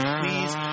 please